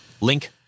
Link